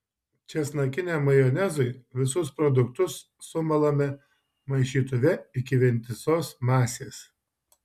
česnakiniam majonezui visus produktus sumalame maišytuve iki vientisos masės